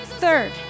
Third